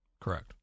Correct